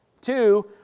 two